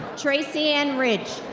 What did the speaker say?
tracey-ann ridge.